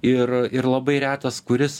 ir ir labai retas kuris